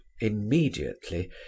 immediately